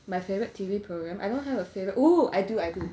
my favourite T_V program I don't have a favourite oo I do I do